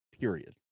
period